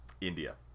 India